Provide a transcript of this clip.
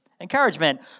Encouragement